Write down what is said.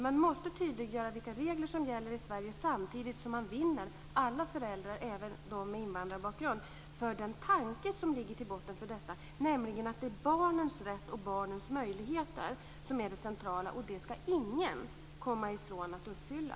Man måste tydliggöra vilka regler som gäller i Sverige samtidigt som man vinner alla föräldrar, även de med invandrarbakgrund, för den tanke som ligger till grund för detta, nämligen att det är barnens rätt och barnens möjligheter som är det centrala. Det ska ingen komma ifrån att uppfylla.